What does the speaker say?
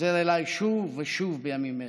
חוזר אליי שוב ושוב בימים האלה.